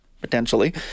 potentially